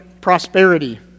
Prosperity